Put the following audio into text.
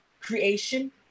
creation